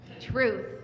truth